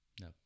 No